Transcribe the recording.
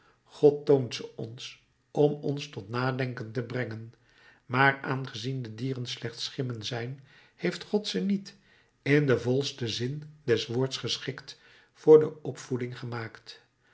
god toont ze ons om ons tot nadenken te brengen maar aangezien de dieren slechts schimmen zijn heeft god ze niet in den volsten zin des woords geschikt voor de opvoeding gemaakt